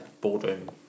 boardroom